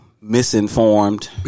Misinformed